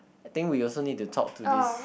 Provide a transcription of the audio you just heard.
I think we also need to talk to this